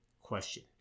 question